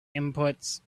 inputs